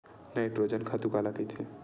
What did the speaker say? Nitrogen खातु काला कहिथे?